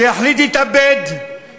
ויחליט להתאבד,